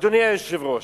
אדוני היושב-ראש,